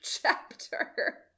chapter